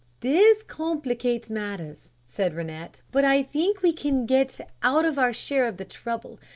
this complicates matters, said rennett, but i think we can get out of our share of the trouble,